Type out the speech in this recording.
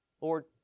Lord